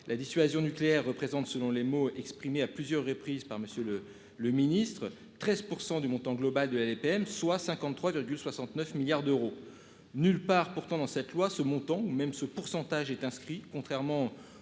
La dissuasion nucléaire représente selon les mots exprimé à plusieurs reprises par monsieur le le ministre 13% du montant global de la LPM, soit 53,69 milliards d'euros. Nulle part. Pourtant dans cette loi ce montant ou même ce pourcentage est inscrit contrairement aux dépenses liées